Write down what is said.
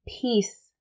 peace